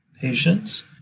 patients